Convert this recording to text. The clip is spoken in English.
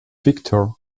victor